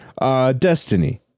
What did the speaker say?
Destiny